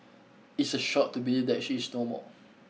it's a shock to believe that she is no more